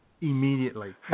immediately